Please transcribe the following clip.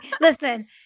listen